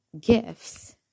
gifts